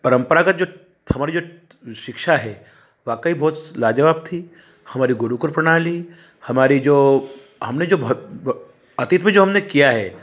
परम्परागत जो हमारी जो शिक्षा है वाकई बहुत लाजवाब थी हमारी गुरुकुल प्रणाली हमारी जो हमने जो भक अतीत में जो हमने किया है